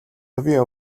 хувийн